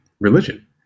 religion